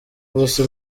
ubusa